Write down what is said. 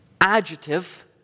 adjective